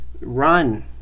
Run